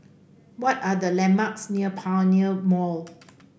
what are the landmarks near Pioneer Mall